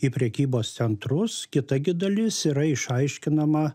į prekybos centrus kita gi dalis yra išaiškinama